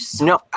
No